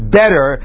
better